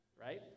Right